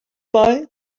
boy